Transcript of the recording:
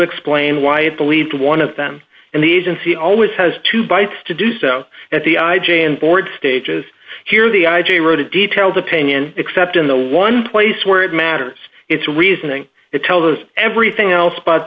explain why it believed one of them and the agency always has two bites to do so at the i j a and board stages here the i g wrote a detailed opinion except in the one place where it matters it's reasoning it tells us everything else but